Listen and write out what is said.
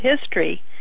history